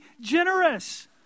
generous